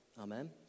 Amen